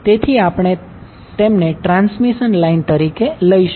તેથી આપણે તેમને ટ્રાન્સમિશન લાઇન તરીકે લઈશું